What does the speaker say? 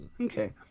Okay